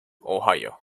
ohio